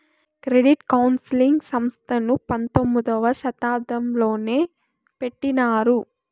credit counselling సంస్థను పంతొమ్మిదవ శతాబ్దంలోనే పెట్టినారు